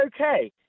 okay